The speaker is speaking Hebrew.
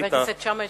חבר הכנסת שאמה,